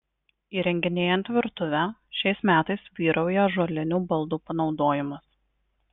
įrenginėjant virtuvę šiais metais vyrauja ąžuolinių baldų panaudojimas